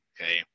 okay